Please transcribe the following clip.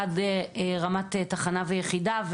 עד לרמת תחנה ויחידה,